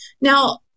Now